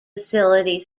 facility